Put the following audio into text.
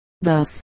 thus